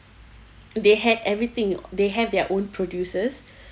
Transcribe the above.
they had everything they have their own produces